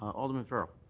alderman farrell.